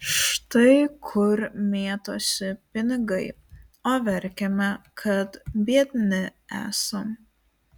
štai kur mėtosi pinigai o verkiame kad biedni esam